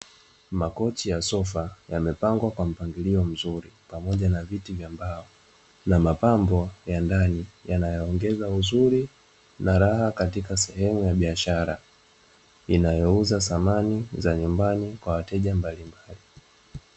Makochi ya sofa yamepangwa kwa mpangilio mzuri pamoja na viti vya mbao na mapambo ya ndani, yanayoongeza uzuri na raha katika sehemu ya biashara, inayouza samani za nyumbani kwa wateja mbalimbali.